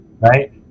right